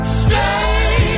stay